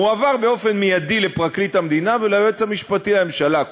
מועבר באופן מיידי לפרקליט המדינה וליועץ המשפטי לממשלה.